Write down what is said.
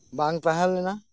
ᱵᱟᱝ ᱛᱟᱦᱮᱸ ᱞᱮᱱᱟ